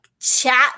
chat